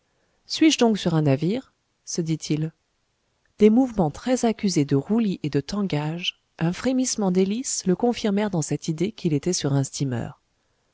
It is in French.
suis-je donc sur un navire se dit-il des mouvements très accusés de roulis et de tangage un frémissement d'hélice le confirmèrent dans cette idée qu'il était sur un steamer